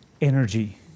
energy